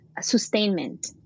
sustainment